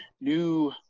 new